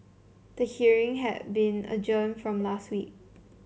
the hearing had been adjourned from last week